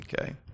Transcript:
Okay